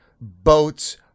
boats